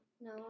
No